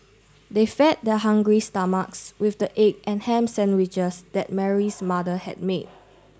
they fed their hungry stomachs with the egg and ham sandwiches that Mary's mother had made